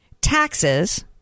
taxes